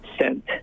sent